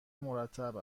مرتب